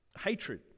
hatred